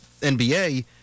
nba